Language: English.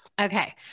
Okay